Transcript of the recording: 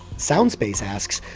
soundspace asks,